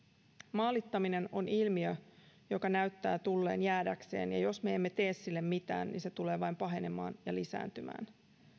maalittaminen on ilmiö joka näyttää tulleen jäädäkseen ja jos me emme tee sille mitään niin se tulee vain pahenemaan ja lisääntymään